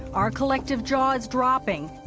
our collective jaw is dropping,